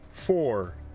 Four